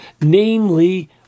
namely